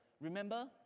Remember